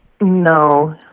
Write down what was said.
No